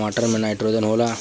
टमाटर मे नाइट्रोजन होला?